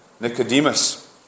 Nicodemus